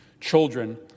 children